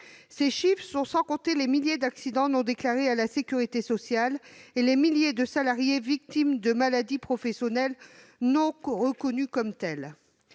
ces chiffres ne prennent pas en compte les milliers d'accidents non déclarés à la sécurité sociale et les milliers de salariés victimes de maladies professionnelles non reconnues comme telles.